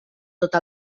tot